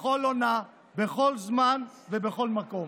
בכל עונה, בכל זמן ובכל מקום.